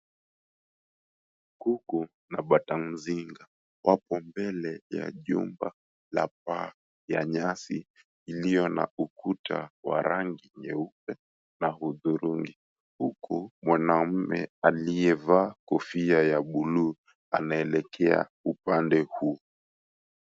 Kuku na bata mzinga wapo mbele ya jumba la paa ya nyasi iliyo na ukuta wa rangi nyeupe na hudhurungi. Huku mwanamume aliyevaa kofia ya buluu anaelekea upande huu.